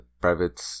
private